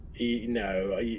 No